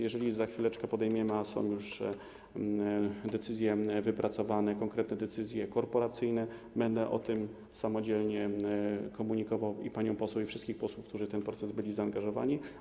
Jeżeli za chwileczkę podejmiemy decyzję, a są już decyzje wypracowane, konkretne decyzje korporacyjne, będę o tym samodzielnie komunikował i pani poseł, i wszystkim posłom, którzy w ten proces byli zaangażowani.